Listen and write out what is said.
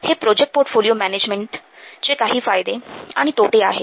हे project portfolio management काही फायदे आणि तोटे आहेत